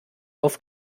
auf